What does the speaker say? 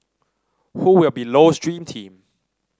who will be Low's dream team